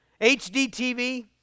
HDTV